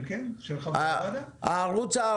של החברים בוועדה.